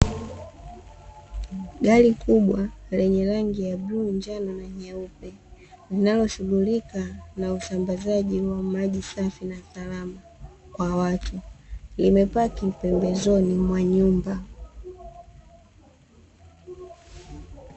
Gari kubwa lenye rangi ya bluu, njano na nyeupe linaloshughulika na usambazaji wa maji safi na salama kwa watu limepaki pembezoni mwa nyumba.